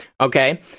Okay